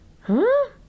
Huh